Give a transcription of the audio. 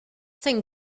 thank